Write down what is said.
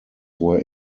were